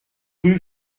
rue